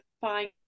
find